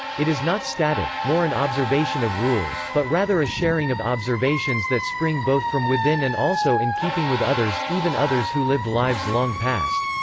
it is not static, nor an observation of rules, but rather a sharing of observations that spring both from within and also in keeping with others, even others who lived lives long past.